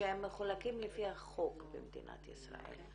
שמחולקים לפי החוק במדינת ישראל,